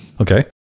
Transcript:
Okay